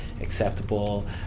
acceptable